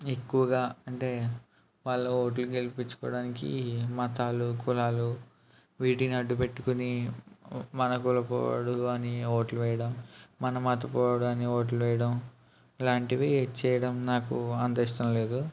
ఎక్కువుగా అంటే వాళ్ళ ఓట్లు గెలిపించుకోవడానికి మతాలు కులాలు వీటిని అడ్డుపెట్టుకొని మన కులపోడు అని ఓట్లు వేయడం మన మతపోడని ఓట్లు వేయడం లాంటివి చేయడం నాకు అంత ఇష్టం లేదు